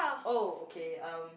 oh okay um